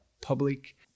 public